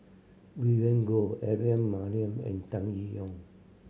Vivien Goh Aaron Maniam and Tan Yee Hong